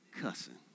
cussing